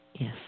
Yes